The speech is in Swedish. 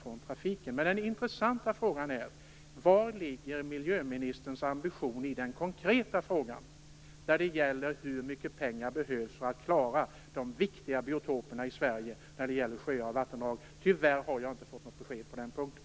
Den intressanta frågan är: Var ligger miljöministerns ambition i den konkreta frågan, dvs. hur mycket pengar som behövs för att vi skall klara de viktiga biotoperna i sjöar och vattendrag i Sverige? Tyvärr har jag inte fått något besked på den punkten.